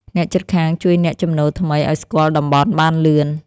អ្នកជិតខាងជួយអ្នកចំណូលថ្មីឲ្យស្គាល់តំបន់បានលឿន។